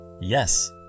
Yes